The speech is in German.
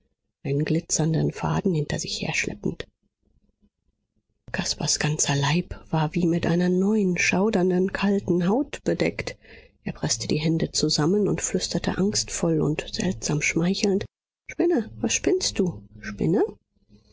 einen glitzernden faden hinter sich herschleppend caspars ganzer leib war wie mit einer neuen schaudernden kalten haut bedeckt er preßte die hände zusammen und flüsterte angstvoll und seltsam schmeichelnd spinne was spinnst du spinne